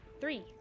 three